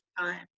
time